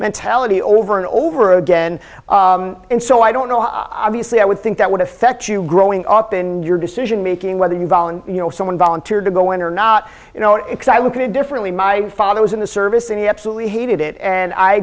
mentality over and over again and so i don't know how i b c i would think that would affect you growing up and your decision making whether you valan you know someone volunteered to go in or not you know it's i look at it differently my father was in the service and he absolutely hated it and i